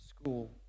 school